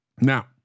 Now